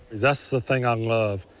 that's the thing i love,